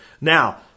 Now